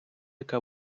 яка